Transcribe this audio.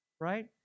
right